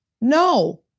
No